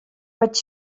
vaig